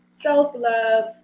self-love